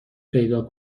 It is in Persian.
پیدا